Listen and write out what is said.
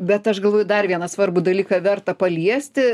bet aš galvoju dar vieną svarbų dalyką verta paliesti